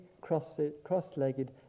cross-legged